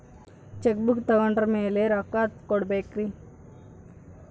Check book ತೊಗೊಂಡ್ರ ಮ್ಯಾಲೆ ರೊಕ್ಕ ಕೊಡಬೇಕರಿ?